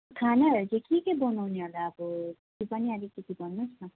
खानाहरू चाहिँ के के बनाउने होला अब त्यो पनि अलिकति भन्नुहोस् न